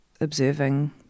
observing